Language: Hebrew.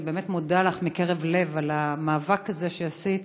אני באמת מודה לך מקרב לב על המאבק הזה שעשית,